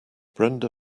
brenda